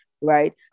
right